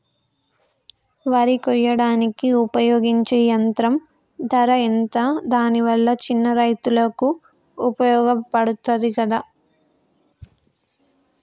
వరి కొయ్యడానికి ఉపయోగించే యంత్రం ధర ఎంత దాని వల్ల చిన్న రైతులకు ఉపయోగపడుతదా?